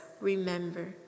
remember